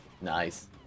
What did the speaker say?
Nice